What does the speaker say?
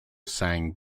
sang